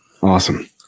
Awesome